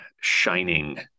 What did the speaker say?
shining